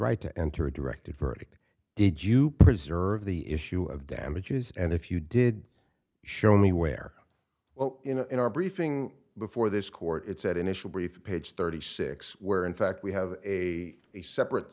right to enter a directed verdict did you preserve the issue of damages and if you did show me where well in our briefing before this court it's that initial brief page thirty six where in fact we have a separate